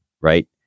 right